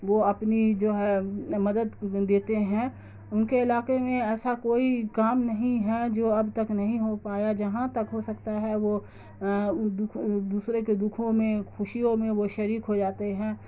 وہ اپنی جو ہے مدد دیتے ہیں ان کے علاقے میں ایسا کوئی کام نہیں ہے جو اب تک نہیں ہو پایا جہاں تک ہو سکتا ہے وہ دوسرے کے دکھوں میں خوشیوں میں وہ شریک ہو جاتے ہیں